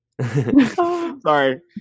Sorry